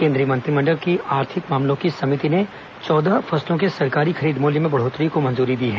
केंद्रीय मंत्रिमंडल की आर्थिक मामलों की समिति ने चौदह फसलों के सरकारी खरीद मूल्य में बढ़ोतरी की मंजूरी दी है